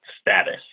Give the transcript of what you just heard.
status